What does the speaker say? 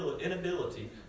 inability